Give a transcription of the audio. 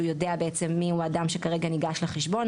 יודע בעצם גם מי הוא האדם שכרגע ניגש לחשבון,